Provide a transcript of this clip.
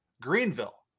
Greenville